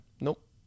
Nope